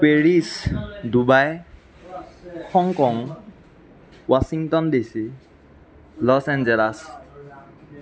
Paris Dubai Hong Kong Washington DC Los Angeles